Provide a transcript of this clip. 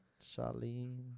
Charlene